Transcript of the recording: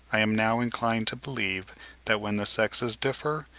i am now inclined to believe that when the sexes differ,